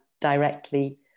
directly